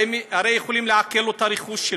הרי יכולים לעקל לו את הרכוש שלו,